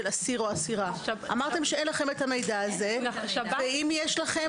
ואם יש לכם,